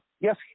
Yes